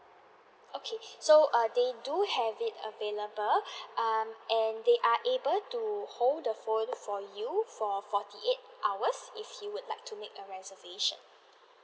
okay so err they do have it available um and they are able to hold the phone for you for forty eight hours if you would like to make a reservation